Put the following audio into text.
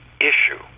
issue